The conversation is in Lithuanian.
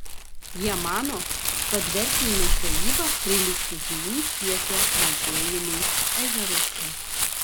jie mano kad verslinė žvejyba prilygtų žuvų kiekio mažėjimui ežeruose